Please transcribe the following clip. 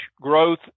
growth